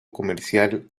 comercial